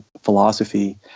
philosophy